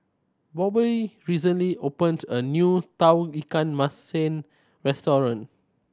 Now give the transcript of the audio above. Bobbye recently opened a new Tauge Ikan Masin restaurant